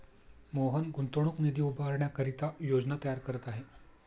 मोहन गुंतवणूक निधी उभारण्याकरिता योजना तयार करत आहे